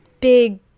big